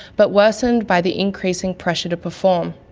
but worsened by the increasing pressure to perform.